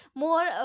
more